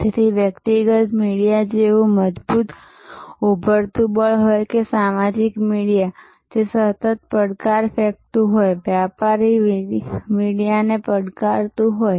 તેથી વ્યક્તિગત મીડિયા જેવું મજબૂત ઊભરતું બળ હોય કે સામાજિક મીડિયા જે સતત પડકાર ફેંકતું હોય વ્યાપારી મીડિયાને પડકારતું હોય